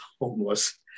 homeless